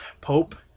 Pope